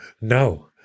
No